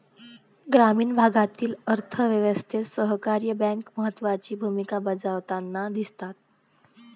ग्रामीण भागातील अर्थ व्यवस्थेत सहकारी बँका महत्त्वाची भूमिका बजावताना दिसतात